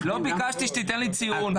לא ביקשתי שתיתן לי ציון,